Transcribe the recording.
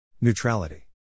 Neutrality